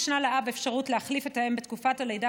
ישנה לאב אפשרות להחליף את האם בתקופת הלידה